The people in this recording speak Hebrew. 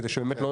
כדי שבאמת לא,